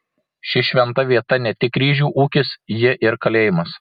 ši šventa vieta ne tik ryžių ūkis ji ir kalėjimas